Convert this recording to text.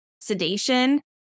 sedation